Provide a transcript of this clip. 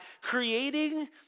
creating